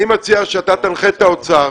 אני מציע שאתה תנחה את האוצר